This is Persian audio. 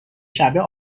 شبه